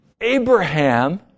Abraham